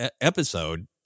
episode